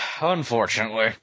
Unfortunately